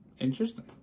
interesting